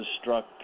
struck